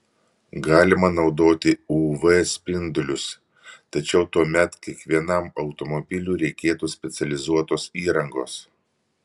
galima naudoti uv spindulius tačiau tuomet kiekvienam automobiliui reikėtų specializuotos įrangos